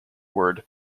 word